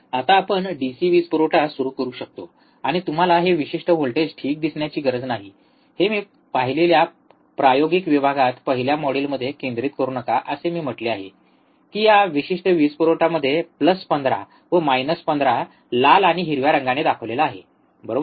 आता आपण डीसी वीजपुरवठा सुरू करू शकतो आणि तुम्हाला हे विशिष्ट व्होल्टेज ठीक दिसण्याची गरज नाही हे मी पाहिलेल्या प्रायोगिक विभागात पहिल्या मॉड्यूलमध्ये केंद्रित करू नका मी असे म्हटले आहे की या विशिष्ट वीजपुरवठा मध्ये प्लस 15 व मायनस 15 लाल आणि हिरव्या रंगाने दाखवलेला आहे बरोबर